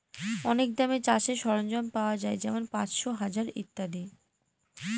অনেক দামে চাষের সরঞ্জাম পাওয়া যাই যেমন পাঁচশো, হাজার ইত্যাদি